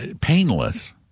painless